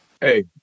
Hey